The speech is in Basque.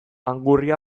angurria